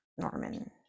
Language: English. Norman